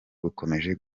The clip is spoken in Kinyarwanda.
bukomeje